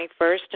21st